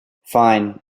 fine